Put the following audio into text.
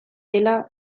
dela